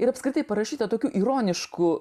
ir apskritai parašyta tokiu ironišku